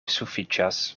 sufiĉas